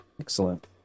excellent